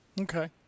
Okay